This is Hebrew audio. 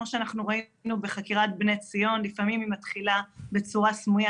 כמו שאנחנו ראינו בחקירת "בני ציון" לפעמים היא מתחילה בצורה סמויה,